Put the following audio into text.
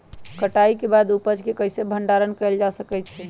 कटाई के बाद उपज के कईसे भंडारण कएल जा सकई छी?